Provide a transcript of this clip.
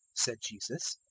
said jesus,